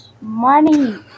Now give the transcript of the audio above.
money